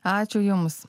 ačiū jums